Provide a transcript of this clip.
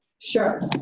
sure